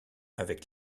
avec